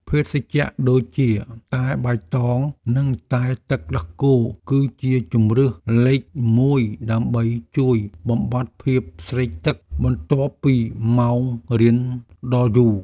ភេសជ្ជៈដូចជាតែបៃតងនិងតែទឹកដោះគោគឺជាជម្រើសលេខមួយដើម្បីជួយបំបាត់ភាពស្រេកទឹកបន្ទាប់ពីម៉ោងរៀនដ៏យូរ។